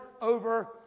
over